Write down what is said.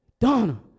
Donna